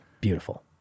Beautiful